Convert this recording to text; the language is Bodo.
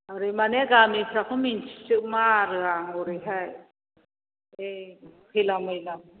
ओरैमानि गामिफ्राखौ मिन्थिजोबमा आरो आं हरैहाय बे खैला मैला